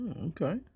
okay